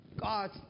God